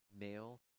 Male